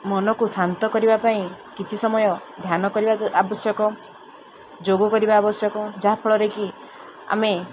ମନକୁ ଶାନ୍ତ କରିବା ପାଇଁ କିଛି ସମୟ ଧ୍ୟାନ କରିବା ଆବଶ୍ୟକ ଯୋଗ କରିବା ଆବଶ୍ୟକ ଯାହାଫଳରେ କି ଆମେ